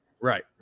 Right